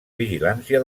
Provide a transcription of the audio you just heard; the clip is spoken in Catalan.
vigilància